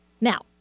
Now